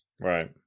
Right